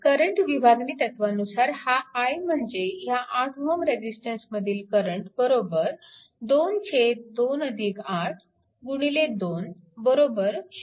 current विभागणी तत्वानुसार हा i म्हणजे ह्या 8Ω रेजिस्टन्समधील करंट बरोबर 2 28 2 0